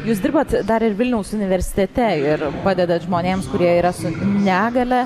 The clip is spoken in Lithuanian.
jūs dirbat dar ir vilniaus universitete ir padedat žmonėms kurie yra su negalia